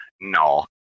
no